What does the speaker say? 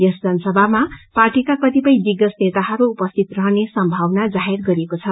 यस जनसभमा पार्टीका कतिपय दिग्गज नेताहरू उपसिति रहने संभावना जाहेर गरिएको छ